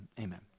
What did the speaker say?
Amen